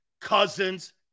Cousins